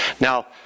Now